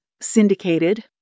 syndicated